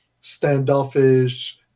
standoffish